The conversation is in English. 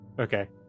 okay